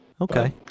Okay